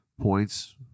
Points